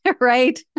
Right